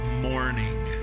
morning